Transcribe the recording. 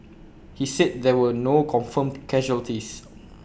he said there were no confirmed casualties